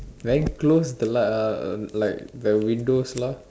wearing clothes the lah like the windows lah